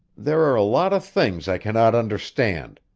there are a lot of things i cannot understand,